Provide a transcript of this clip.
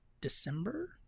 December